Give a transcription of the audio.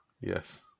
Yes